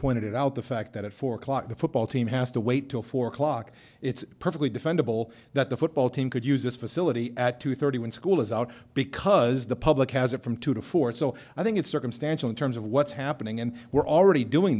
pointed out the fact that at four o'clock the football team has to wait till four o'clock it's perfectly defendable that the football team could use this facility at two thirty when school is out because the public has it from two to four so i think it's circumstantial in terms of what's happening and we're already doing